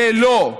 ולא,